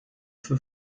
für